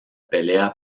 pelea